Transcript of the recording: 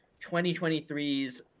2023's